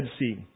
Sea